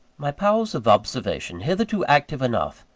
my powers of observation, hitherto active enough,